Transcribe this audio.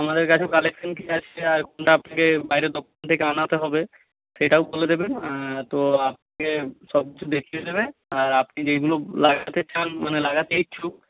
আমাদের কাছেও কালেকশন কী আছে আর কোনটা আপনাকে বাইরের থেকে আনাতে হবে সেটাও বলে দেবেন তো সবকিছু দেখিয়ে দেবে আর আপনি যেইগুলো লাগাতে চান মানে লাগাতে ইচ্ছুক